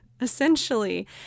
Essentially